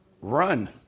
Run